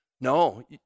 No